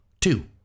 Two